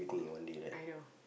I know